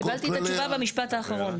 קיבלתי את התשובה במשפט האחרון.